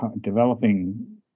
developing